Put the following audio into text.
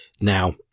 Now